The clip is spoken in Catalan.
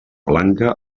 blanca